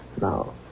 Now